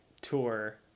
tour